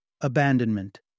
abandonment